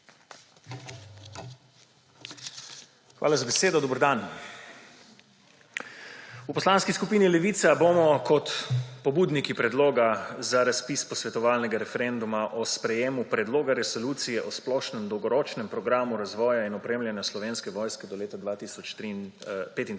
Hvala za besedo. Dober dan! V Poslanski skupini Levica bomo kot pobudniki Predloga za razpis posvetovalnega referenduma o sprejemu Predloga resolucije o splošnem dolgoročnem programu razvoja in opremljanja Slovenske vojske do leta 2035